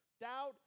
Doubt